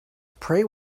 pray